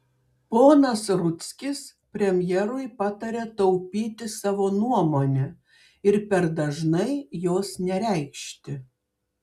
ponas rudzkis premjerui pataria taupyti savo nuomonę ir per dažnai jos nereikšti